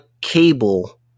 cable